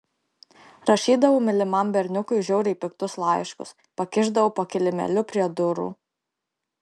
rašydavau mylimam berniukui žiauriai piktus laiškus pakišdavau po kilimėliu prie durų